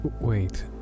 Wait